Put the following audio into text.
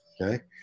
Okay